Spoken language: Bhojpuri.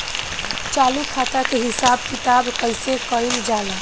चालू खाता के हिसाब किताब कइसे कइल जाला?